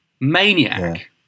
maniac